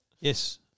Yes